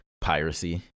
piracy